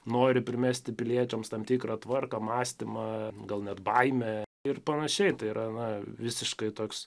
nori primesti piliečiams tam tikrą tvarką mąstymą gal net baimę ir panašiai tai yra na visiškai toks